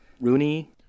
Rooney